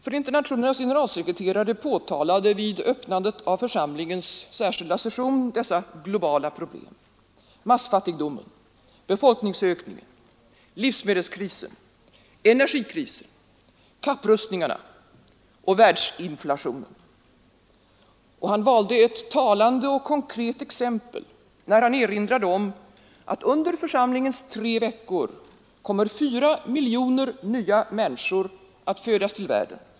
FN:s generalsekreterare påtalade vid öppnandet av församlingens särskilda session dessa globala problem: massfattigdomen, befolkningsökningen, livsmedelskrisen, energikrisen, kapprustningarna och världsinflationen. Han valde ett talande och konkret exempel när han erinrade om att under församlingens tre veckor kommer fyra miljoner nya människor att födas till världen.